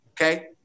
Okay